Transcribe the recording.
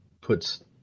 puts